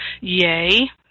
Yay